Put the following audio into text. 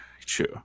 True